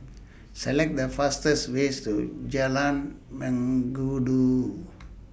Select The fastest ways to Jalan Mengkudu